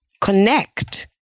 connect